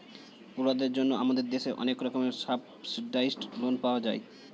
পড়ুয়াদের জন্য আমাদের দেশে অনেক রকমের সাবসিডাইস্ড্ লোন পাওয়া যায়